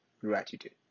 gratitude